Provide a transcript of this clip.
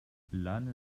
lane